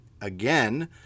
again